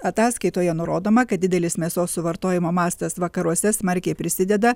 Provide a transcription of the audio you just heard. ataskaitoje nurodoma kad didelis mėsos suvartojimo mastas vakaruose smarkiai prisideda